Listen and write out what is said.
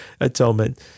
atonement